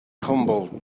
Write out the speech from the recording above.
humboldt